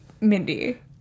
Mindy